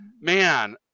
man